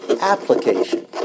application